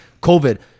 COVID